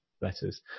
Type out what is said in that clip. letters